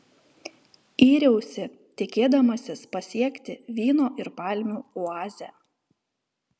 yriausi tikėdamasis pasiekti vyno ir palmių oazę